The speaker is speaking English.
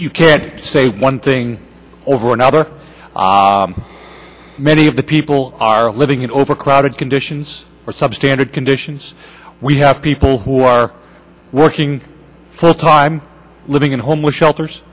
you can say one thing over another many of the people are living in overcrowded conditions or substandard conditions we have people who are working full time living in homeless shelters